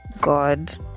god